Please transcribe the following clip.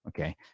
Okay